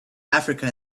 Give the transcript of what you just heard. africa